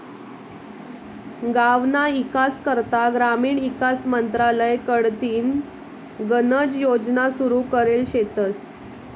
गावना ईकास करता ग्रामीण ईकास मंत्रालय कडथीन गनच योजना सुरू करेल शेतस